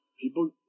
people